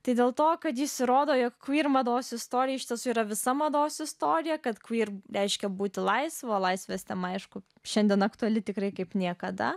tai dėl to kad jis įrodo jog ir mados istorija iš tiesų yra visa mados istorija ka ir reiškia būti laisvo laisvės tema aišku šiandien aktuali tikrai kaip niekada